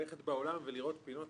ללכת בעולם ולראות פינות